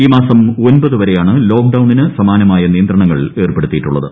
ഈ മാസം ഒമ്പത് വരെയാണ് ലോക്ഡൌണിന് സമാനമായ നിയന്ത്രണങ്ങൾ ഏർപ്പെടുത്തിയിട്ടുള്ളത്